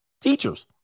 Teachers